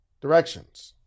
directions